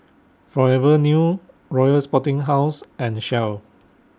Forever New Royal Sporting House and Shell